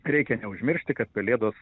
reikia neužmiršti kad pelėdos